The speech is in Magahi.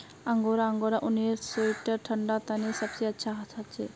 अंगोरा अंगोरा ऊनेर स्वेटर ठंडा तने सबसे अच्छा हछे